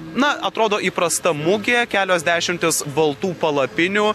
na atrodo įprasta mugė kelios dešimtys baltų palapinių